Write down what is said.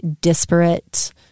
disparate